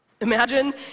Imagine